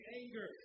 anger